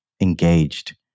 engaged